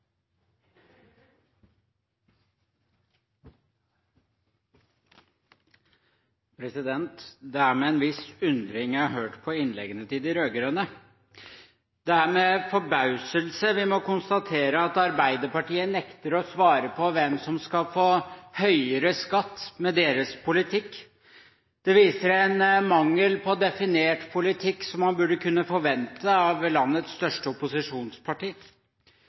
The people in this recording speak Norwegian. med en viss undring jeg har hørt på innleggene til de rød-grønne. Det er med forbauselse vi må konstatere at Arbeiderpartiet nekter å svare på hvem som skal få høyere skatt med deres politikk. Det viser en mangel på en definert politikk, og man burde kunne forvente noe annet av landets største opposisjonsparti.